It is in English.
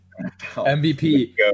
MVP